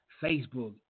Facebook